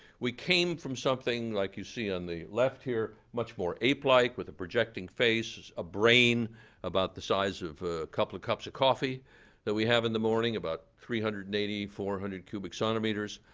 we came from something, like you see on the left here, much more ape-like, with a projecting face, a brain about the size of a couple of cups of coffee that we have in the morning, about three hundred and eighty, four hundred cubic centimeters.